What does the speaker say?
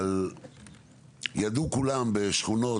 אבל ידעו כולם בשכונות,